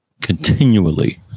continually